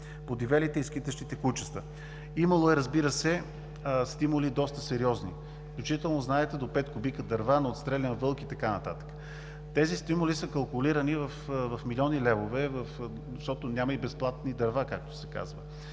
подивелите и скитащите кучета. Имало е, разбира се, доста сериозни стимули. Включително, знаете, до 5 кубика дърва на отстрелян вълк и така нататък. Тези стимули са калкулирани в милиони левове, защото няма и „безплатни дърва“, както се казва.